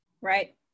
Right